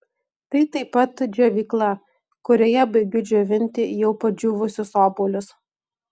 tai taip pat džiovykla kurioje baigiu džiovinti jau padžiūvusius obuolius